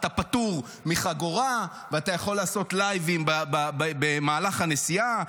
אתה פטור מחגורה ואתה יכול לעשות לייבים במהלך הנסיעה,